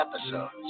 episodes